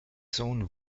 sohn